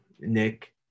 Nick